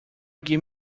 give